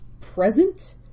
present